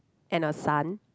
and a sun